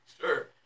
Sure